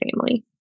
family